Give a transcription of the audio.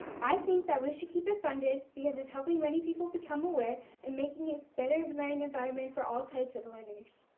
i think that we should keep it funded because it's helping many people become aware and making a better learning environment for all types of learners.